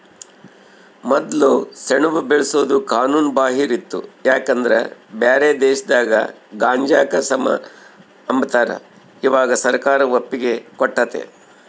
ಮೊದ್ಲು ಸೆಣಬು ಬೆಳ್ಸೋದು ಕಾನೂನು ಬಾಹಿರ ಇತ್ತು ಯಾಕಂದ್ರ ಬ್ಯಾರೆ ದೇಶದಾಗ ಗಾಂಜಾಕ ಸಮ ಅಂಬತಾರ, ಇವಾಗ ಸರ್ಕಾರ ಒಪ್ಪಿಗೆ ಕೊಟ್ಟತೆ